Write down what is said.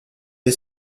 est